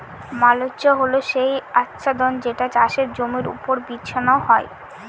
mulch হল সেই আচ্ছাদন যেটা চাষের জমির ওপর বিছানো হয়